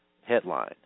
Headline